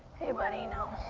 hey buddy, no.